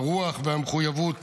הרוח והמחויבות